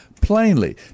plainly